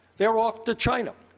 they're off to china.